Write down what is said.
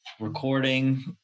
recording